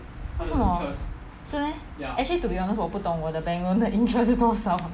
为什么是 meh actually to be honest 我不懂我的 bank loan 的 interest 多少